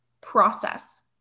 process